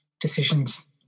decisions